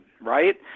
right